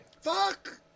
Fuck